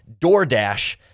DoorDash